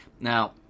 Now